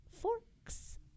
forks